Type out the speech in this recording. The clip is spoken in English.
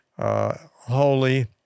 holy